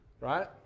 right